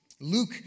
Luke